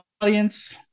Audience